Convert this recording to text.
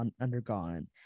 undergone